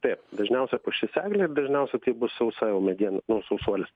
taip dažniausia pušis eglė ir dažniausia tai bus sausa jau mediena nu sausuolis